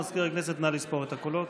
מזכיר הכנסת, נא לספור את הקולות.